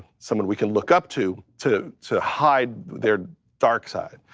someone we can look up to to to hide their dark side.